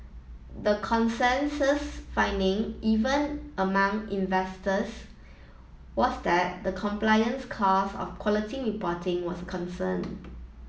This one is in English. the consensus finding even among investors was that the compliance costs of quality reporting was concern